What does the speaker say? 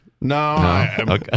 no